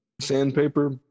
sandpaper